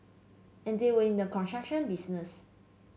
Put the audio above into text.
and they were in the construction business